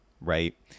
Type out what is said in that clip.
right